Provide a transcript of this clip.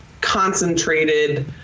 concentrated